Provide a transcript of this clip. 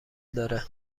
داره